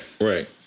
right